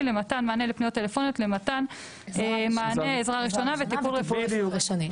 למתן מענה לפניות טלפוניות למתן מענה עזרה ראשונה וטיפול רפואי ראשוני".